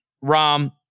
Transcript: Rom